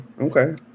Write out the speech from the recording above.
Okay